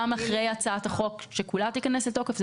גם אחרי שכל הצעת החוק תיכנס לתוקף.